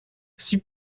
six